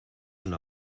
una